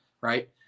Right